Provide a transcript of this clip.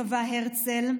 קבע הרצל,